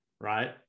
right